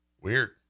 weird